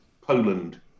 Poland